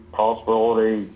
possibility